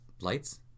lights